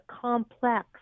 complex